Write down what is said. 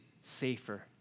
safer